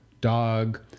dog